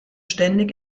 ständig